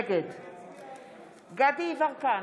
נגד דסטה גדי יברקן,